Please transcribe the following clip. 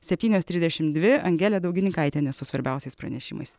septynios trisdešimt dvi angelė daugininkaitienė su svarbiausiais pranešimais